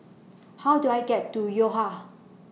How Do I get to Yo Ha